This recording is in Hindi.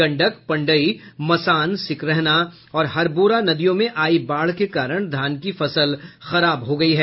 गंडक पंडई मसान सिकरहना और हरबोरा नदियों में आयी बाढ़ के कारण धान की फसल खराब हो गयी है